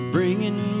Bringing